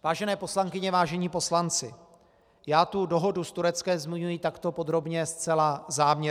Vážené poslankyně, vážení poslanci, já tu dohodu s Tureckem zmiňuji takto podrobně zcela záměrně.